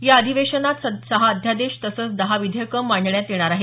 या अधिवेशनात सहा अध्यादेश तसंच दहा विधेयकं मांडण्यात येणार आहेत